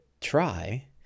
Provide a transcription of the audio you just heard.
try